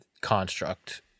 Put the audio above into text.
construct